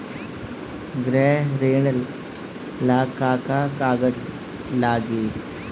गृह ऋण ला का का कागज लागी?